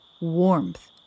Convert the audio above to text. warmth